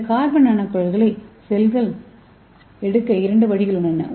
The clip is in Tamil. இந்த கார்பன் நானோகுழாய்களை செல்கள் எடுக்க இரண்டு வழிகள் உள்ளன